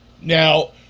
Now